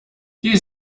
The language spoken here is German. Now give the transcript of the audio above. die